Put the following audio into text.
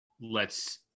lets